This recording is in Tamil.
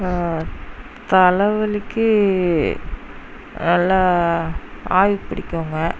தலைவலிக்கு நல்ல ஆவி பிடிப்போம்க